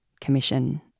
Commission